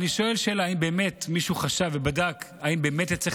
אני שואל שאלה: האם באמת מישהו חשב ובדק אם באמת צריך